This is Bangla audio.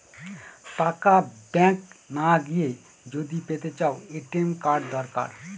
টাকা ব্যাঙ্ক না গিয়ে যদি পেতে চাও, এ.টি.এম কার্ড দরকার